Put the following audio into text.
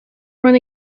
run